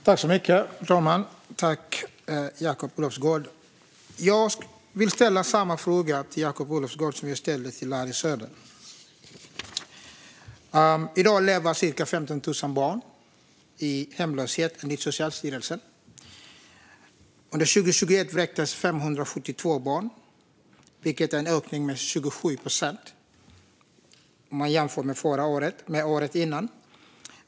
Fru talman! Jag vill ställa samma fråga till Jakob Olofsgård som jag ställde till Larry Söder. I dag lever cirka 15 000 barn i hemlöshet, enligt Socialstyrelsen. Under 2021 vräktes 572 barn, vilket är en ökning med 27 procent om man jämför med året innan.